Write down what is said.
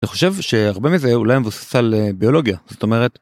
אני חושב שהרבה מזה אולי מבוסס על ביולוגיה זאת אומרת.